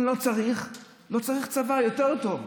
אם לא צריך, לא צריך צבא, יותר טוב.